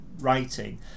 writing